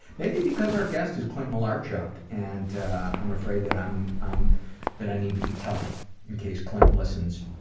maybe because our guest is clint malarchuk and i'm afraid that i'm i'm that i need to be tough in case clint listens.